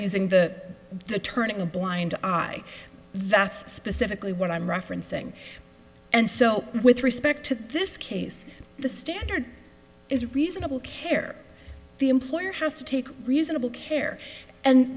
using the the turning a blind eye that's specifically what i'm referencing and so with respect to this case the standard is reasonable care the employer has to take reasonable care and